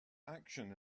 action